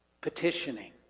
petitioning